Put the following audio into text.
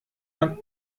man